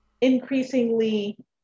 increasingly